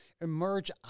emerge